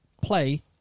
play